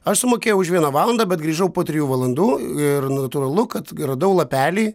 aš sumokėjau už vieną valandą bet grįžau po trijų valandų ir natūralu kad radau lapelį